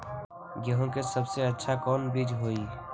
गेंहू के सबसे अच्छा कौन बीज होई?